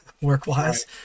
work-wise